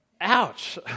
Ouch